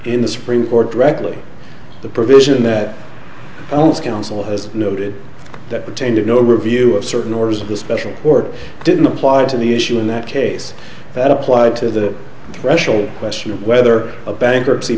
in the supreme court directly the provision that owns counsel has noted that pertain to no review of certain orders of the special court didn't apply to the issue in that case that applied to the threshold question of whether a bankruptcy